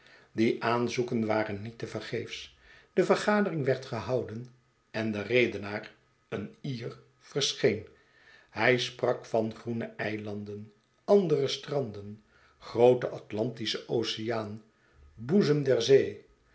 die aanzoeken waren niet te vergeefs de vergadering werd gehouden en de redenaar een ier verscheen hij sprak van groene eilanden andere stranden groote atlantische oceaan boezem der zee